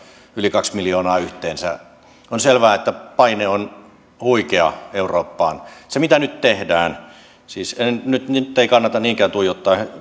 yli kaksi miljoonaa yhteensä on selvää että paine on huikea eurooppaan se mitä nyt tehdään siis nyt ei kannata niinkään tuijottaa